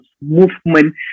movement